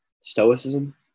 stoicism